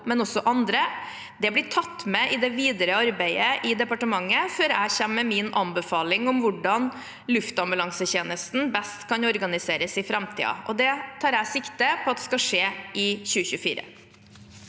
og også andre blir tatt med i det videre arbeidet i departementet før jeg kommer med min anbefaling om hvordan luftambulansetjenesten best kan organiseres i framtiden. Det tar jeg sikte på at skal skje i 2024.